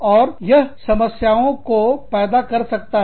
और यह समस्याओं को पैदा कर सकता है